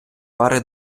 пари